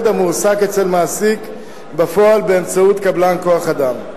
המועסק אצל מעסיק בפועל באמצעות קבלן כוח-אדם.